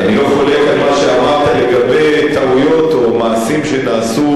אני לא חולק על מה שאמרת לגבי טעויות או מעשים שנעשו,